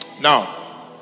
now